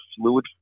fluid